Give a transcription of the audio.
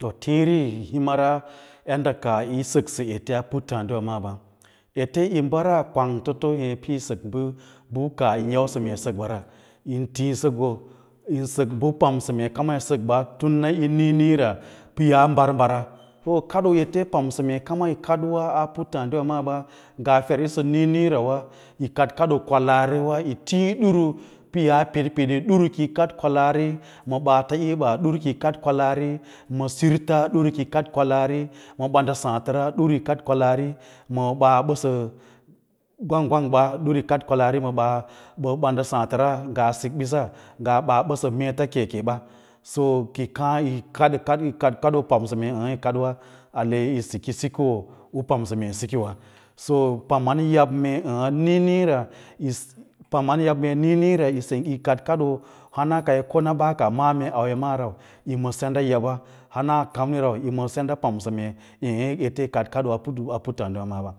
To tiĩri ən himara yadda kaah yí səksə ete a puttǎǎdiwa, maaba ete yi mbara kwangtoto hê pəi sək bə kaah yi yausə mbee yu sək ɓara yin tiĩ sə koo yin sək bə yi pamsə mee kam yi sək ɓa tum na yi niĩniira pəyaa mbav mbara to kadoo eteyi pamsə mee kan yi kaɗiwa a puttǎǎɗiwa maaɓa nga fer yisə niĩniĩra wa yi kaɗ kaɗoo kwalaariwa yi, tiĩ ɗuru pə yaa piɗpiɗa ɗuru kiyi kaɗ kwalaari ma ɓaatayiɓa ɗur ki yi kaɗ kwalaari ma sirits ɗur kiyi kaɗ kwalaari ma bəndəsǎǎtəra ɗur kiyi kaɗ kwalaari ma ɓaa ɓəsə gwang gnwag ɓa, ɗur kiyi kəd kwalaari ma ɓaa bən dəsaa təra ngaa sikɓiss ngaa ɓəsə mete ke ke ɓa so kiyi kaã yi kaɗ kaɗoo pəmsə mee ə̌ə̌ ə̌ə̌ yí kad’wa ale yi siki sikoo u pamsə mee yi sikiwa so paman yab mee niĩniĩra, paman yab mee niĩniĩra yí ko na ɓaaka ma’à mee auya maa rau yi ma senɗa yab pamsə ə̌ə̌ ə̌ə̌ ete yí kaɗ kau a puttadiwa maaɓa.